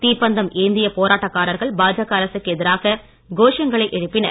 தீப்பந்தம் ஏந்திய போராட்டக்காரர்கள் பாஜக அரசுக்கு எதிராக கோஷங்களை எழுப்பினர்